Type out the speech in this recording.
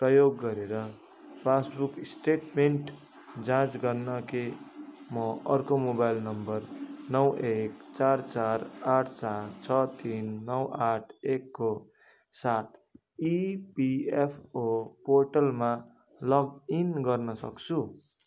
प्रयोग गरेर passbook statement जाँच गर्न के म अर्को मोबाइल नम्बर नौ एक चार चार आठ चार छ तिन नौ आठ एकको साथ इपिएफओ पोर्टलमा लगइन गर्नसक्छु